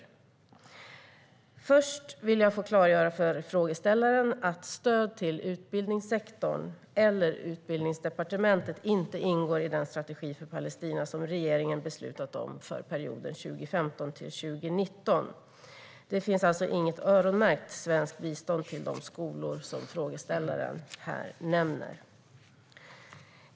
Först vill jag få klargöra för frågeställaren att stöd till utbildningssektorn eller utbildningsdepartementet inte ingår i den strategi för Palestina som regeringen beslutat om för perioden 2015-2019. Det finns alltså inget öronmärkt svenskt bistånd till de skolor som frågeställaren här nämner.